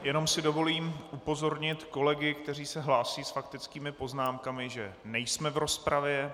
Jenom si dovolím upozornit kolegy, kteří se hlásí s faktickými poznámkami, že nejsme v rozpravě.